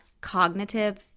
cognitive